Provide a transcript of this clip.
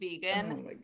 vegan